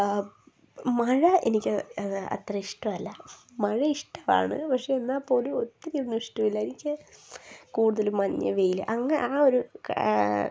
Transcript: മഴ എനിക്ക് അത്ര ഇഷ്ടമല്ല മഴ ഇഷ്ടമാണ് പക്ഷേ എന്നാല്പ്പോലും ഒത്തിരി ഒന്നും ഇഷ്ടമല്ല എനിക്ക് കൂടുതലും മഞ്ഞ് വെയില് അങ്ങ ആ ഒരു കാ